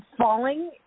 falling